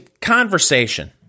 conversation